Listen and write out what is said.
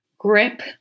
Grip